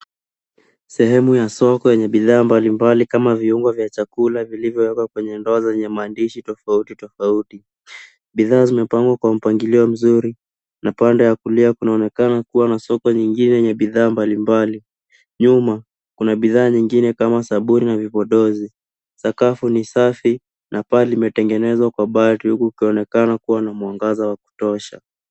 Sehemu ya soko yenye bidhaa mbalimbali kama viungo vya chakula vilivyowekwa kwenye ndoo zenye maandishi tofauti tofauti. Bidhaa zimepangwa kwa mpangilio mzuri, na pande ya kulia kunaonekana kuwa na soko nyingine yenye bidhaa mbalimbali. Nyuma, kuna bidhaa nyingine kama sabuni na vipodozi. Sakafu ni safi na paa limetengenezwa kwa bati huku ukionekana kuwa na mwangaza wa kutosha.